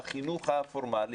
בחינוך הא-פורמלי,